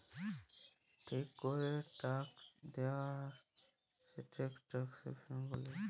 ঠিক ক্যরে ট্যাক্স দেয়লা, সেটকে ট্যাক্স এভাসল ব্যলে